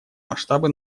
масштабы